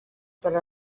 per